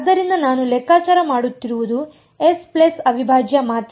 ಆದ್ದರಿಂದ ನಾನು ಲೆಕ್ಕಾಚಾರ ಮಾಡುತ್ತಿರುವುದು ಎಸ್ ಪ್ಲಸ್ ಅವಿಭಾಜ್ಯ ಮಾತ್ರ